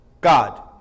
God